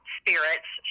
spirits